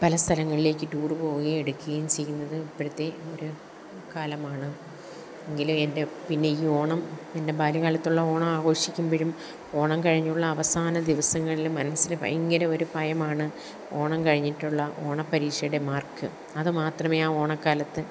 പല സ്ഥലങ്ങളിലേക്ക് ടൂര് പോവുകയും എടുക്കുകയും ചെയ്യുന്നത് ഇപ്പോഴത്തെ ഒരു കാലമാണ് എങ്കിലും എൻ്റെ പിന്നെ ഈ ഓണത്തിൻറ്റെ ബാല്യകാലത്തുള്ള ഓണം ആഘോഷിക്കുമ്പോഴും ഓണം കഴിഞ്ഞുള്ള അവസാന ദിവസങ്ങളില് മനസ്സിന് ഭയങ്കര ഒരു ഭയമാണ് ഓണം കഴിഞ്ഞിട്ടുള്ള ഓണപരീക്ഷയുടെ മാർക്ക് അതു മാത്രമേ ആ ഓണക്കാലത്ത്